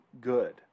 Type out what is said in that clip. good